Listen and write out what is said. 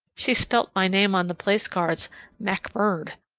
she spelt my name on the place cards mackbird.